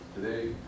today